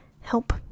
help